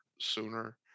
sooner